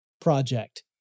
Project